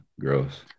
gross